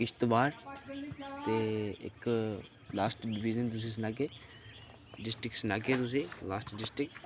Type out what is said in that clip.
किश्तबाड़ ते इक last division तुसें सनाह्गे डिस्टिक सनाह्गे तुसेंगी लास्ट डिस्टिक